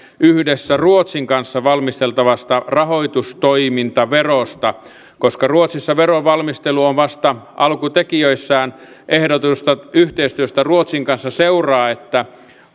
yhdessä ruotsin kanssa valmisteltavasta rahoitustoimintaverosta koska ruotsissa verovalmistelu on vasta alkutekijöissään ehdotetusta yhteistyöstä ruotsin kanssa seuraa että